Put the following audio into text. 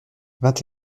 vingt